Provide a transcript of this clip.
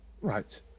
Right